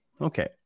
Okay